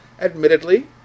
admittedly